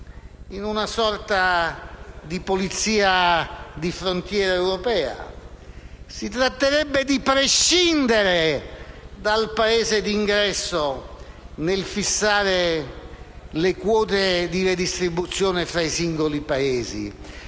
in una sorta di polizia di frontiera europea; si tratterebbe di prescindere dal Paese di ingresso nel fissare le quote di redistribuzione tra i singoli Paesi.